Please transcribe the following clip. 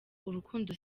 urukundo